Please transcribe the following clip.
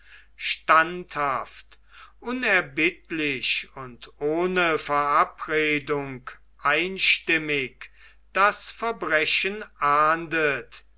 standhaft unerbittlich und ohne verabredung einstimmig das verbrechen ahndet